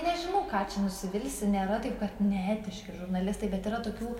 nežinau ką čia nusivilsi nėra taip kad neetiški žurnalistai bet yra tokių